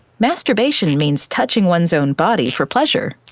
masturbation means touching one's own body for pleasure,